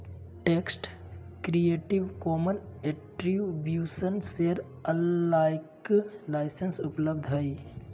text creative commons attribution share alike license उपलब्ध हइ